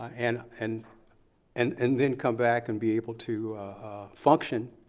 and and and and then come back and be able to function